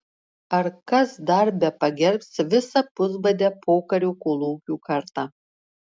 ar kas dar bepagerbs visą pusbadę pokario kolūkių kartą